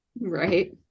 right